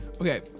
Okay